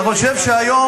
אני חושב שהיום